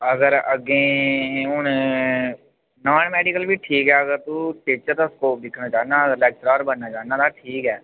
अगर अग्गे हून नान मेडिकल बी ठीक ऐ अगर तू टीचर दा स्कोप दिक्खना चाह्ना अगर लेक्चरार बनना चाह्ना तां ठीक ऐ